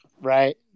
Right